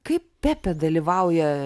kaip pepė dalyvauja